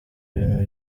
ibintu